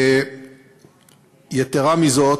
יתרה מזאת,